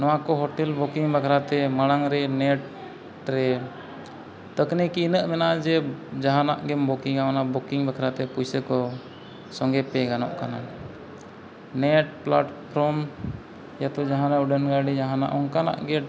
ᱱᱚᱣᱟ ᱠᱚ hotel booking ᱵᱟᱠᱷᱟᱨᱟᱛᱮ ᱢᱟᱲᱟᱝ ᱨᱮ ᱱᱮᱴ ᱨᱮ ᱛᱟᱹᱠᱱᱤᱠᱤ ᱤᱱᱟᱹᱜ ᱢᱮᱱᱟᱜᱼᱟ ᱡᱮ ᱡᱟᱦᱟᱱᱟᱜ ᱜᱮᱢ ᱵᱩᱠᱤᱝᱟ ᱚᱱᱟ ᱵᱩᱠᱤᱝ ᱵᱟᱠᱷᱟᱨᱟᱛᱮ ᱯᱩᱭᱥᱟᱹᱠᱚ ᱥᱚᱸᱜᱮᱛᱮ ᱜᱟᱱᱚᱜ ᱠᱟᱱᱟ ᱱᱮᱴ ᱯᱞᱟᱴᱯᱷᱚᱨᱚᱢ ᱡᱚᱛᱚ ᱡᱟᱦᱟᱱᱟᱜ ᱩᱰᱟᱹᱱ ᱜᱟᱹᱲᱤ ᱡᱟᱦᱟᱱᱟᱜ ᱚᱱᱠᱟᱱᱟᱜ ᱜᱮ